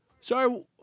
sorry